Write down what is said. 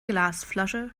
glasflasche